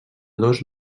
dos